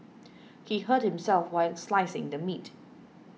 he hurt himself while slicing the meat